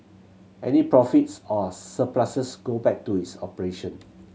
any profits or surpluses go back to its operation